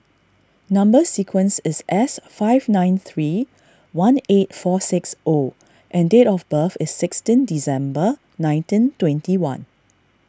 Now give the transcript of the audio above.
Number Sequence is S five nine three one eight four six O and date of birth is sixteen December nineteen twenty one